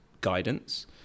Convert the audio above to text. guidance